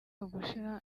ugushyira